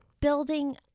building